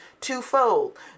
twofold